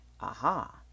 Aha